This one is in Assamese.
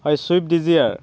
হয় ছুইফ্ট ডিজিয়াৰ